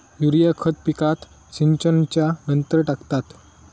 urea खत पिकात सिंचनच्या नंतर टाकतात